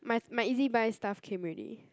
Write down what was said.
my my ezbuy stuff came already